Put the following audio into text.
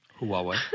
Huawei